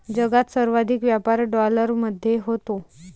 जगात सर्वाधिक व्यापार डॉलरमध्ये होतो